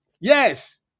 Yes